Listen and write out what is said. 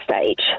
stage